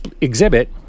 exhibit